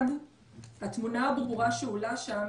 התמונה הברורה שעולה שם